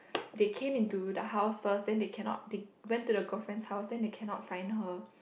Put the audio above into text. they came into the house first then they cannot they went to the girlfriend's house then they cannot find her